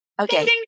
Okay